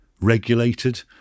regulated